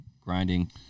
grinding